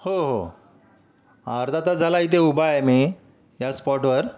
हो हो अर्धा तास झाला इथे उभा आहे मी या स्पॉटवर